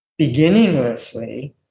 beginninglessly